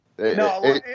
No